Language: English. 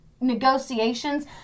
negotiations